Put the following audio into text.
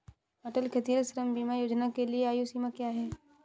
अटल खेतिहर श्रम बीमा योजना के लिए आयु सीमा क्या है?